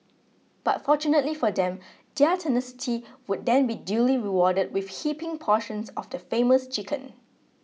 but fortunately for them their tenacity would then be duly rewarded with heaping portions of the famous chicken